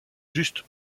juste